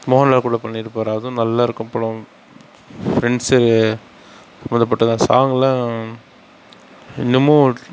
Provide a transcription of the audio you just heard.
மோகன்லால் கூட பண்ணியிருப்பாரு அதுவும் நல்லா இருக்கும் படம் ஃப்ரண்ட்ஸு சாங்கில் இன்னமும்